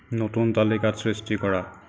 নতুন তালিকা সৃষ্টি কৰা